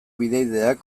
bidaideak